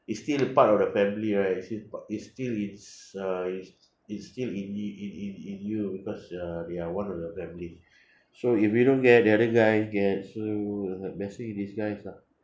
it's still part of the family right it's still p~ it's still it's uh it's it's still in in in in in you because uh they are one of the family so if you don't get the other guy get so blessing in disguise lah